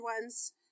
ones